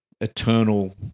eternal